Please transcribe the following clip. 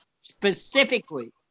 specifically